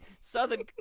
Southern